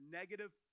negative